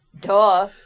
duh